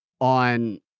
on –